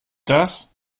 das